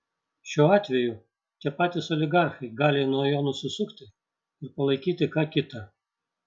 šiuo atveju tie patys oligarchai gali nuo jo nusisukti ir palaikyti ką kitą